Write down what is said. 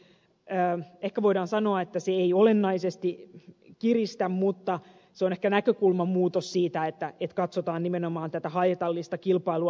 ehkä voidaan sanoa että se ei olennaisesti kiristä mutta se on ehkä näkökulman muutos siitä että katsotaan nimenomaan haitallista kilpailua